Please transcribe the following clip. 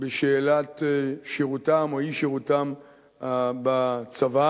בשאלת שירותם או אי-שירותם בצבא,